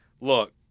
look